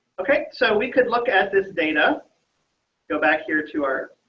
okay, so we could look at this dana go back here to our